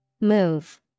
Move